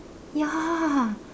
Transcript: ya